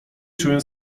czuję